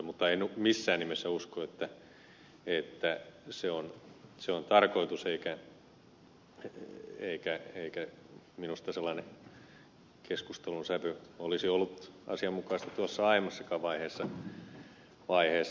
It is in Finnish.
mutta en missään nimessä usko että se on tarkoitus eikä minusta sellainen keskustelun sävy olisi ollut asianmukaista tuossa aiemmassakaan vaiheessa